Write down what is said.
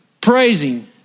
praising